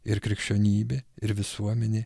ir krikščionybė ir visuomenė